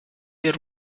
ihr